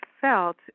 felt